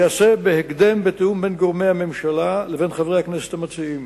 ייעשה בהקדם בתיאום בין גורמי הממשלה לבין חברי הכנסת המציעים.